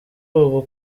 ubu